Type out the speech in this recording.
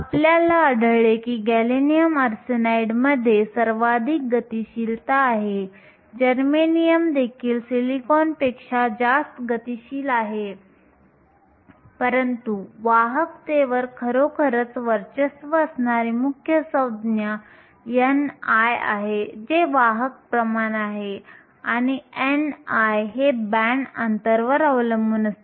आपल्याला आढळले की गॅलियम आर्सेनाइडमध्ये सर्वाधिक गतिशीलता आहे जर्मेनियम देखील सिलिकॉनपेक्षा जास्त गतिशील आहे परंतु वाहकतेवर खरोखरच वर्चस्व असणारी मुख्य संज्ञा ni आहे जे वाहक प्रमाण आहे आणि ni हे बँड अंतरवर अवलंबून असते